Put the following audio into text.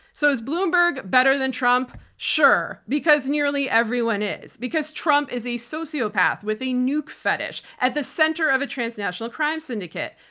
so is bloomberg better than trump? sure. because nearly everyone is because trump is a sociopath with a nuke fetish at the center of a transnational crime syndicate.